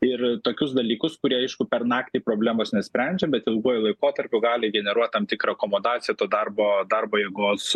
ir tokius dalykus kurie aišku per naktį problemos nesprendžia bet ilguoju laikotarpiu gali generuot tam tikrą akomodaciją to darbo darbo jėgos